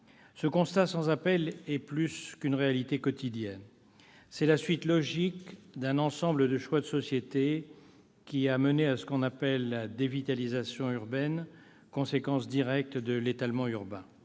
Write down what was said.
Ce constat sans appel est plus qu'une réalité quotidienne : c'est la suite logique d'un ensemble de choix de société qui a mené à ce qu'on appelle « la dévitalisation urbaine », conséquence directe de l'étalement urbain.